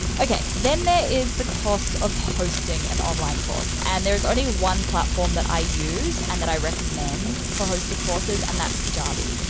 okay, then there is the cost of hosting an and online course, and there's only one platform that i use and that i recommend for hosting courses and that's kajabi.